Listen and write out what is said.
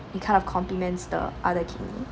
it kind of complements the other kidney